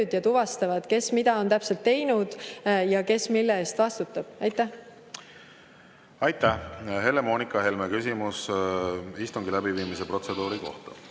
ja tuvastavad, kes mida on täpselt teinud ja kes mille eest vastutab. Aitäh! Helle-Moonika Helme, küsimus istungi läbiviimise protseduuride kohta.